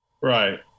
Right